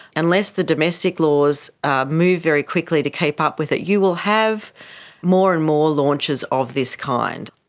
unless the domestic laws ah move very quickly to keep up with it, you will have more and more launches of this kind.